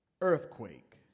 earthquake